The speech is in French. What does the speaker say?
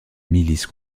milice